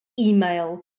email